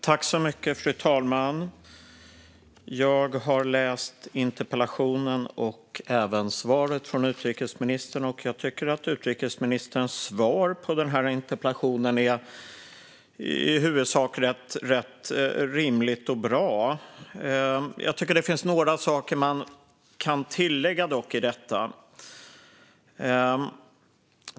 Fru talman! Jag har läst interpellationen och även svaret från utrikesministern. Jag tycker att hennes svar på interpellationen i huvudsak är rimligt och bra. Jag tycker dock att det finns några saker man kan tillägga.